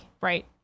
Right